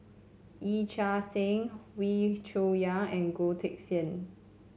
Yee Chia Hsing Wee Cho Yaw and Goh Teck Sian